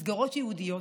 מסגרות ייעודיות,